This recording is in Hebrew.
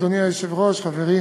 אדוני היושב-ראש, חברי